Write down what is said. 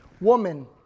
woman